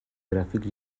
gràfics